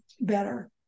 better